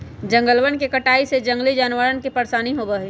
जंगलवन के कटाई से जंगली जानवरवन के परेशानी होबा हई